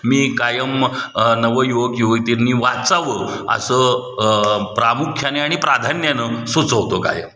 मी कायम नवयुवक युवतींनी वाचावं असं प्रामुख्याने आणि प्राधान्यानं सुचवतो कायम